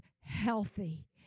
healthy